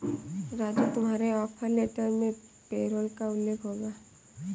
राजू तुम्हारे offer letter में payroll का उल्लेख होगा